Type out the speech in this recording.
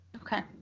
okay